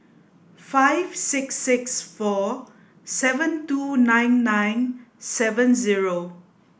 five six six four seven two nine nine seven zero